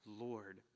Lord